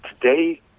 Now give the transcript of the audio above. today